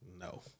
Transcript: no